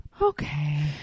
Okay